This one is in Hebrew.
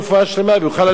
והוא יוכל ללכת על הרגליים.